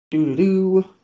Do-do-do